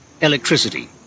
electricity